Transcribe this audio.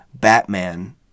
Batman